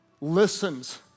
listens